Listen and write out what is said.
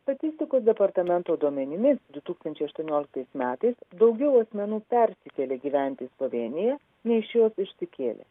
statistikos departamento duomenimis du tūkstančiai aštuonioliktais metais daugiau asmenų persikėlė gyventi į slovėniją nei iš jos išsikėlė